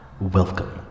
Welcome